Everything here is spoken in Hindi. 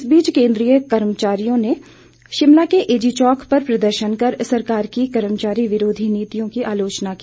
इस बीच केंद्रीय कर्मचारियों ने शिमला के एजी चौक पर प्रदर्शन कर सरकार की कर्मचारी विरोधी नीतियों की आलोचना की